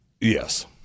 Yes